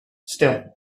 still